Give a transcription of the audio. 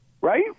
Right